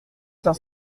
cinq